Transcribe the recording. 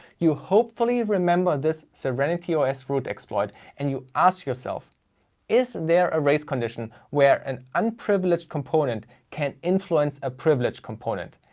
you hopefully remember this serenity os root exploit and you ask yourself is there a race condition where an unprivileged component can influence a privileged component.